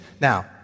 now